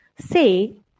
say